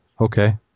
okay